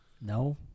no